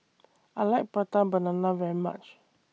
I like Prata Banana very much